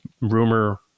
rumor